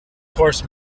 course